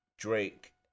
Drake